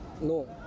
No